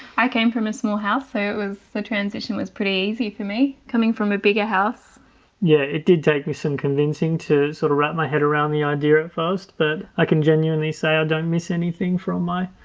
i came from a small house so it was the transition was pretty easy for me coming from a bigger house yeah, it did take me some convincing to sort of wrap my head around the idea at first but i can genuinely say i don't miss anything from my